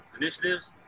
initiatives